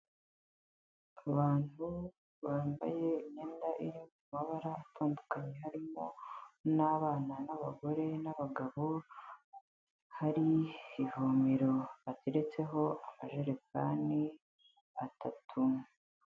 Abantu bambaye imyenda iri mu mabara atandukanye, harimo n'abana n'abagore n'abagabo hari ivomero bateretseho amajerekani atatu.